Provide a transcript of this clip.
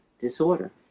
disorder